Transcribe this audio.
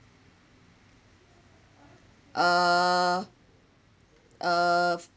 uh uh